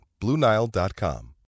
BlueNile.com